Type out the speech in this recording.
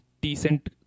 decent